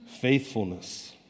Faithfulness